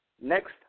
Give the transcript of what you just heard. Next